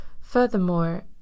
Furthermore